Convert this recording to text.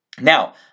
Now